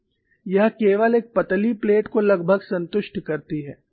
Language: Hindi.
यह केवल एक पतली प्लेट को लगभग संतुष्ट करती है